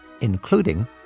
including